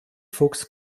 fuchs